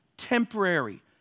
temporary